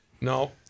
No